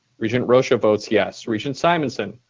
regent rosha votes yes. regent simonson?